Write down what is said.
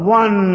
one